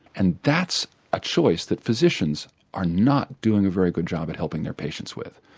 and that's a choice that physicians are not doing a very good job at helping their patients with.